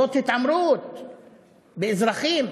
זאת התעמרות באזרחים,